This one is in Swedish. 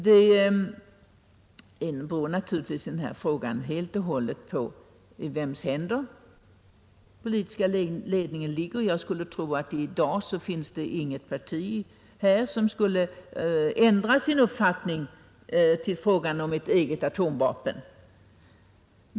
Det beror naturligtvis helt och hållet på i vems händer den politiska ledningen ligger. Jag skulle tro att det i dag inte finns något parti här som ändrat uppfattning i frågan om ett svenskt atomvapen.